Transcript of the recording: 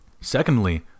Secondly